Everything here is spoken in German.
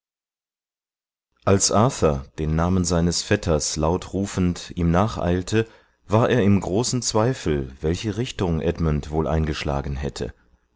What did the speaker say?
als arthur den namen seines vetters laut rufend ihm nacheilte war er im großen zweifel welche richtung edmund wohl eingeschlagen hätte